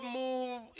move